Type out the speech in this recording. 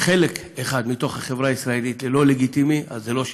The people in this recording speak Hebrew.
חלק אחד מתוך החברה הישראלית ללא לגיטימי אז זה לא שלם.